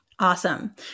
Awesome